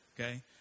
okay